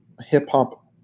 hip-hop